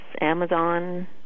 Amazon